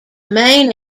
main